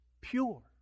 Pure